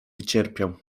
wycierpiał